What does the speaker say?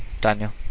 Daniel